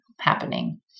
happening